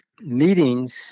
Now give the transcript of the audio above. meetings